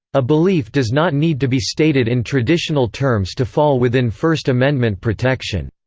a belief does not need to be stated in traditional terms to fall within first amendment protection.